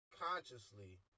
consciously